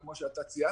כמו שאתה ציינת,